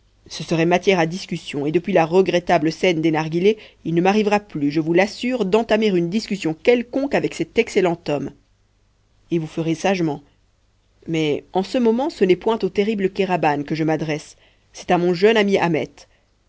ce serait matière à discussion et depuis la regrettable scène des narghilés il ne m'arrivera plus je vous l'assure d'entamer une discussion quelconque avec cet excellent homme et vous ferez sagement mais en ce moment ce n'est point au terrible kéraban que je m'adresse c'est à mon jeune ami ahmet